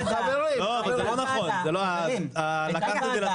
לא נכון לקחת את זה